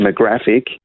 demographic